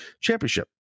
championship